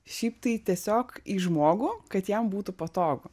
šiaip tai tiesiog į žmogų kad jam būtų patogu